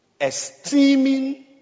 Esteeming